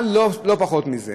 אבל לא פחות מזה,